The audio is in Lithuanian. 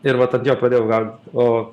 ir vat ant jo padėjau gaudyt o